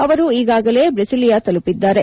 ಅವರು ಈಗಾಗಲೇ ಬ್ರೆಸಿಲಿಯಾ ತಲುಪಿದ್ದಾರೆ